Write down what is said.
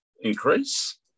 increase